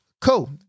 Cool